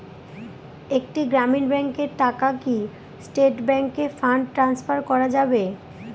একটি গ্রামীণ ব্যাংকের টাকা কি স্টেট ব্যাংকে ফান্ড ট্রান্সফার করা যাবে?